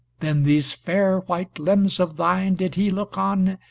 then these fair white limbs of thine, did he look on,